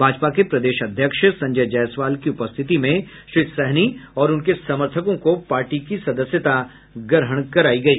भाजपा के प्रदेश अध्यक्ष संजय जायसवाल की उपस्थिति में श्री सहनी और उनके समर्थकों को पार्टी की सदस्यता ग्रहण करायी गयी